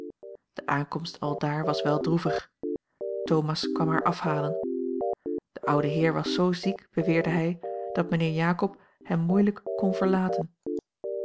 de aankomst aldaar was wel droevig thomas kwam haar afhalen de oude heer was zoo ziek beweerde hij dat mijnheer jakob hem moeilijk kon verlaten